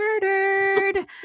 murdered